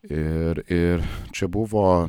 ir ir čia buvo